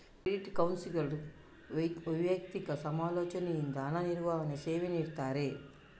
credit ಕೌನ್ಸಿಲರ್ಗಳು ವೈಯಕ್ತಿಕ ಸಮಾಲೋಚನೆಯಿಂದ ಹಣ ನಿರ್ವಹಣೆ ಸೇವೆ ನೀಡ್ತಾರೆ